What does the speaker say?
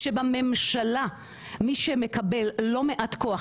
כשבממשלה מי שמקבל לא מעט כוח,